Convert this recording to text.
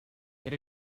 get